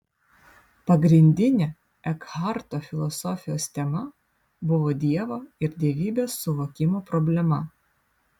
pagrindinė ekharto filosofijos tema buvo dievo ir dievybės suvokimo problema